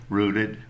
rooted